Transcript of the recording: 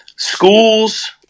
Schools